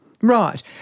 Right